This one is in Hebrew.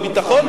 בביטחון?